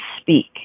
speak